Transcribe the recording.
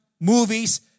movies